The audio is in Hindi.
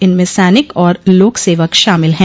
इनमें सैनिक और लोक सेवक शामिल हैं